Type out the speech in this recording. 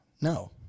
No